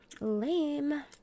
Lame